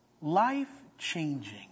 life-changing